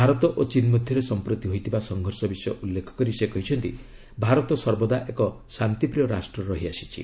ଭାରତ ଓ ଚୀନ୍ ମଧ୍ୟରେ ସମ୍ପ୍ରତି ହୋଇଥିବା ସଂଘର୍ଷ ବିଷୟ ଉଲ୍ଲ୍ଲେଖ କରି ସେ କହିଛନ୍ତି ଭାରତ ସର୍ବଦା ଏକ ଶାନ୍ତିପ୍ରିୟ ରାଷ୍ଟ୍ର ରହିଆସିଛି